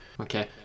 Okay